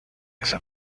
esa